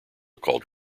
called